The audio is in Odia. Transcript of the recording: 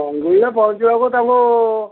ମଙ୍ଗୁଳିରେ ପହଞ୍ଚିବାକୁ ତାକୁ